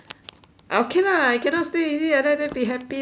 ah okay lah I cannot stay in it I rather be happy lah